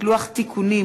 איציק שמולי,